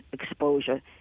exposure